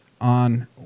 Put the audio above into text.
on